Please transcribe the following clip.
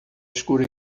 escuro